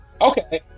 Okay